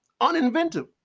uninventive